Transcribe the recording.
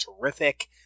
terrific